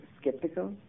skeptical